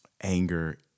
anger